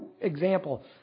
example